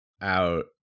out